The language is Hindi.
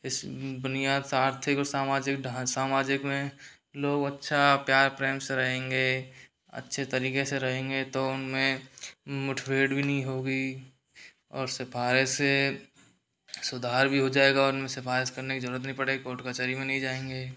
इस बुनियाद आर्थिक और सामाजिक ढाँ सामाजिक में लोग अच्छा प्यार प्रेम से रहेंगे अच्छे तरीके से रहेंगे तो उनमें मुठभेड़ भी नहीं होगी और सिफ़ारिशें सुधार भी हो जाएगा और उनमें सिफारिश करने की जरूरत भी नहीं पड़ेगी और कोर्ट कचहरी भी नहीं जाएंगे